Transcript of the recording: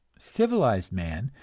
civilized man,